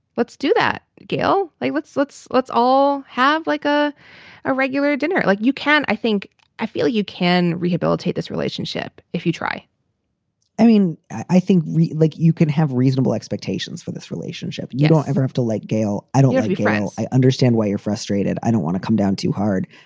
let's do that. gail, let's let's let's all have like a a regular dinner like you can. i think i feel you can rehabilitate this relationship if you try i mean, i think like you can have reasonable expectations for this relationship. you don't ever have to like gail. i don't want to be frank. i understand why you're frustrated. i don't want to come down too hard.